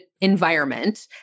environment